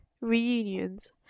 reunions